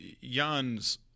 Jan's